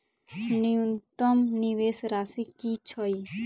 न्यूनतम निवेश राशि की छई?